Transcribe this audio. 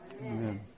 Amen